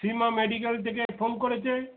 Shri medical থেকে phone করেছে